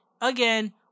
Again